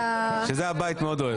שזה הבית מאוד אוהב.